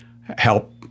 help